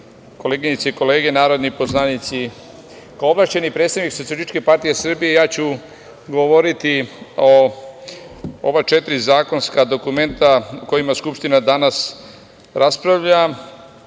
koleginice i kolege narodni poslanici. Kao ovlašćeni predstavnik SPS, ja ću govoriti o ova četiri zakonska dokumenta o kojima Skupština danas raspravlja